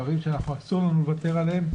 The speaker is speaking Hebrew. דברים שאסור לנו לוותר עליהם,